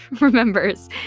remembers